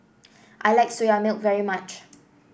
I like Soya Milk very much